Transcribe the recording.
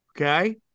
Okay